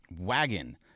Wagon